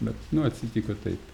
bet atsitiko taip